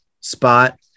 spot